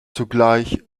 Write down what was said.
zugleich